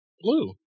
Blue